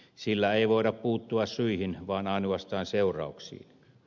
sillä ei voida puuttua syihin vaan ainoastaan seurauksiin